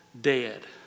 dead